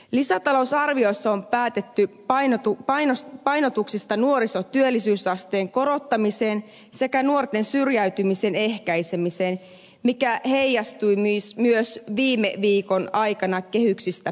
lisätalousarviossa on päätetty painotuksista nuorisotyöllisyysasteen korottamiseen sekä nuorten syrjäytymisen ehkäisemiseen mikä heijastui myös viime viikon aikana kehyksistä keskusteltaessa